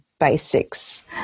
basics